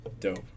Dope